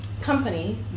company